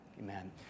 Amen